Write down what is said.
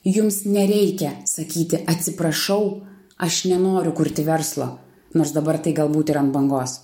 jums nereikia sakyti atsiprašau aš nenoriu kurti verslo nors dabar tai galbūt ir ant bangos